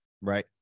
Right